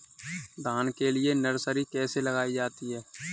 धान के लिए नर्सरी कैसे लगाई जाती है?